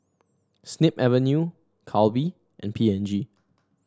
Snip Avenue Calbee and P and G